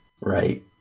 Right